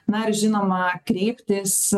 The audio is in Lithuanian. na ir žinoma kreiptis